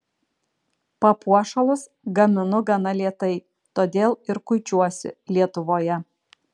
papuošalus gaminu gana lėtai todėl ir kuičiuosi lietuvoje